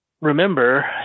remember